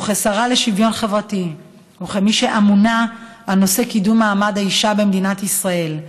כשרה לשוויון חברתי וכמי שממונה על קידום מעמד האישה במדינת ישראל,